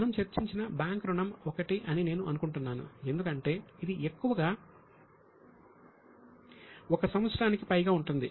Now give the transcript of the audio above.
మనం చర్చించిన బ్యాంక్ రుణం ఒకటి అని నేను అనుకుంటున్నాను ఎందుకంటే ఇది ఎక్కువగా 1 సంవత్సరానికి పైగా ఉంటుంది